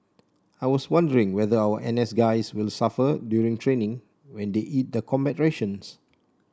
I was wondering whether our N S guys will suffer during training when they eat the combat rations